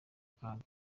kaga